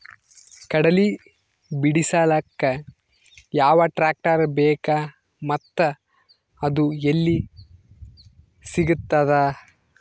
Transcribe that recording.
ಕಡಲಿ ಬಿಡಿಸಲಕ ಯಾವ ಟ್ರಾಕ್ಟರ್ ಬೇಕ ಮತ್ತ ಅದು ಯಲ್ಲಿ ಸಿಗತದ?